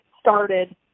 started